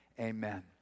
Amen